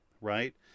right